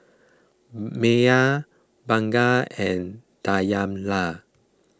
Maya Bunga and Dayana